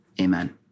Amen